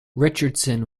richardson